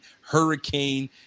hurricane